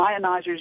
ionizers